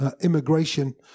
Immigration